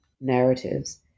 narratives